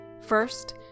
First